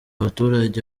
abaturage